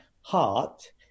heart